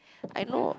I know of